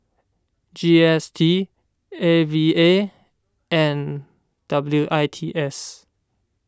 G S T A V A and W I T S